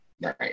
right